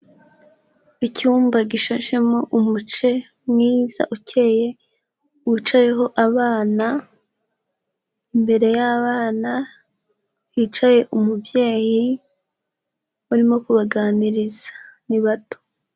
Icyumba gishashemo umuce mwiza ukeye wicayeho abana, imbere y'abana hicaye umubyeyi urimo kubaganiriza. Ni bato.